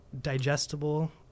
digestible